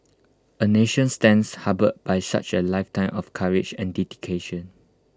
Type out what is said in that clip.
A nation stands humbled by such A lifetime of courage and dedication